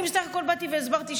אני בסך הכול באתי והסברתי,